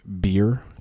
beer